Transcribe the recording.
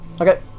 Okay